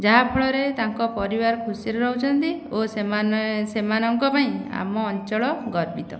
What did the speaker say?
ଯାହା ଫଳରେ ତାଙ୍କ ପରିବାର ଖୁସୀରେ ରହୁଛନ୍ତି ଓ ସେମାନେ ସେମାନଙ୍କ ପାଇଁ ଆମ ଅଞ୍ଚଳ ଗର୍ବିତ